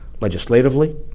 legislatively